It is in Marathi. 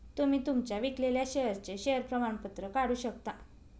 तुम्ही तुमच्या विकलेल्या शेअर्सचे शेअर प्रमाणपत्र काढू शकता